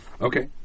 Okay